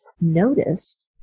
noticed